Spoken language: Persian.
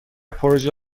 پروژه